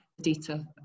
data